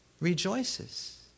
rejoices